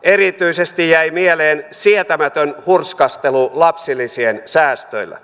erityisesti jäi mieleen sietämätön hurskastelu lapsilisien säästöillä